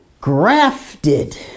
grafted